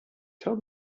tell